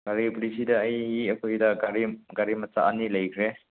ꯒꯥꯔꯤꯕꯨꯗꯤ ꯁꯤꯗ ꯑꯩ ꯑꯩꯈꯣꯏꯗ ꯒꯥꯔꯤ ꯒꯥꯔꯤ ꯃꯆꯥ ꯑꯅꯤ ꯂꯩꯈ꯭ꯔꯦ